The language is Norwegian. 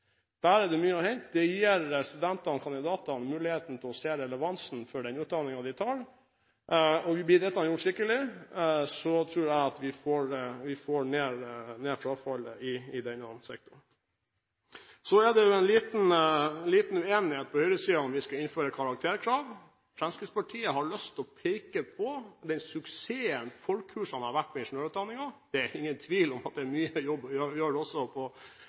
Der er det mye å hente, og det gir studentene, kandidatene, muligheten til å se relevansen av den utdanningen de tar. Blir dette gjort skikkelig, tror jeg at vi får ned frafallet i denne sektoren. Så er det en liten uenighet på høyresiden om vi skal innføre karakterkrav. Fremskrittspartiet har lyst til å peke på den suksessen forkursene har vært innen ingeniørutdanningen. Det er ingen tvil om at det er en jobb å gjøre også når det